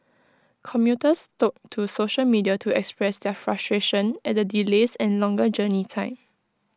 commuters took to social media to express their frustration at the delays and longer journey time